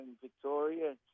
Victoria